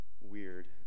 weird